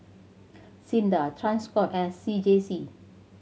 SINDA Transcom and C J C